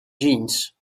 jeans